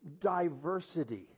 diversity